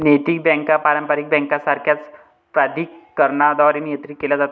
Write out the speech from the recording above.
नैतिक बँका पारंपारिक बँकांसारख्याच प्राधिकरणांद्वारे नियंत्रित केल्या जातात